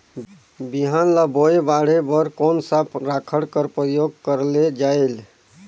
बिहान ल बोये बाढे बर कोन सा राखड कर प्रयोग करले जायेल?